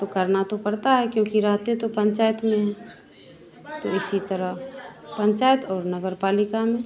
तो करना तो पड़ता है क्योंकि रहते तो पंचायत में हैं तो इसी तरह पंचायत और नगर पालिका में